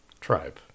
Tribe